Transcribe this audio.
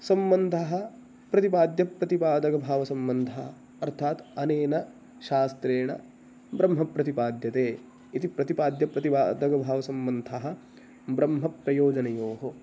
सम्बन्धः प्रतिपाद्यप्रतिपादकभावसम्बन्धः अर्थात् अनेन शास्त्रेण ब्रह्मप्रतिपद्यते इति प्रतिपाद्यप्रतिपादकभावसम्बन्धः ब्रह्मप्रयोजनयोः